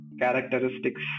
characteristics